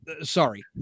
Sorry